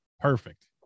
Perfect